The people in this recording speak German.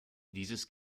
dieses